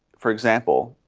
for example,